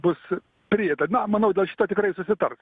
bus prieita na manau dėl šito tikrai susitars